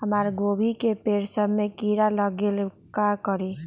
हमरा गोभी के पेड़ सब में किरा लग गेल का करी?